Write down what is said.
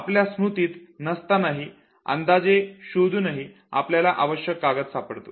आपल्या स्मृतीत नसतानाही अंदाजे शोधुनही आपल्याला आवश्यक कागद सापडतो